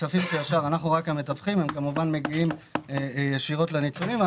אנחנו רק המתווכים בעניין הזה והכספים מגיעים ישירות לניצולים כמובן.